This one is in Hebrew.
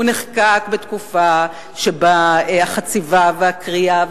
הוא נחקק בתקופה שבה החציבה והכרייה,